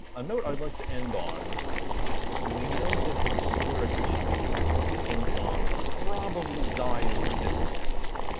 ah a note i'd like to end on we know that historically king john probably died of dysentery,